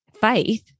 faith